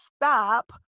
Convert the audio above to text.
stop